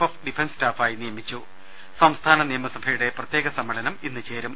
of defence സ്റ്റാഫായി നിയമിച്ചു സംസ്ഥാന നിയമസഭയുടെ പ്രത്യേക സമ്മേളനം ഇന്ന് ചേരും